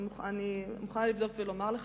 אני מוכנה לבדוק ולומר לך,